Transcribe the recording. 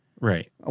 Right